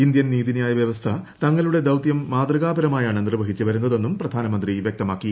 Indian നീതിന്യായ വൃവസ്ഥ തങ്ങളുടെ ദൌത്യൂർ മാതൃകാപരമായാണ് നിർവ്വഹിച്ച് വരുന്നതെന്നും പ്രധാനമന്ത്രി വൃക്തമാക്കി